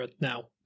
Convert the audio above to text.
now